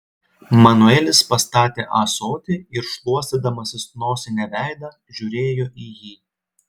manuelis pastatė ąsotį ir šluostydamasis nosine veidą žiūrėjo į jį